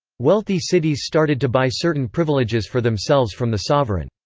wealthy cities started to buy certain privileges for themselves from the sovereign.